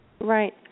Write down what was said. Right